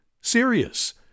serious